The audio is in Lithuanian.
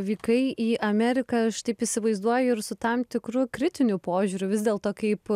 vykai į ameriką aš taip įsivaizduoju ir su tam tikru kritiniu požiūriu vis dėlto kaip